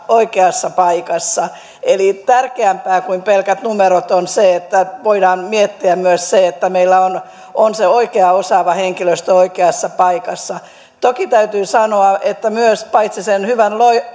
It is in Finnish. oikeassa paikassa eli tärkeämpää kuin pelkät numerot on se että voidaan miettiä myös sitä että meillä on on se oikea osaava henkilöstö oikeassa paikassa toki täytyy sanoa että paitsi sen hyvän